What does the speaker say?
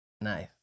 nice